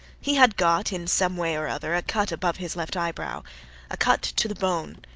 he had got, in some way or other, a cut above his left eyebrow a cut to the bone.